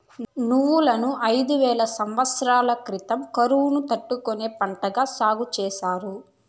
నువ్వులను ఐదు వేల సమత్సరాల క్రితం కరువును తట్టుకునే పంటగా సాగు చేసారు